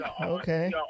okay